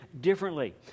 differently